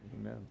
Amen